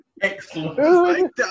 Excellent